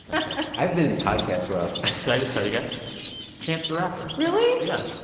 it's ok i've been in podcast world should i just tell you guys? it's chance the rapper really? yeah.